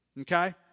Okay